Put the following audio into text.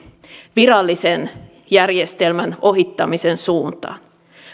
virallisen järjestelmän ohittamisen suuntaan